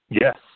Yes